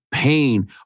pain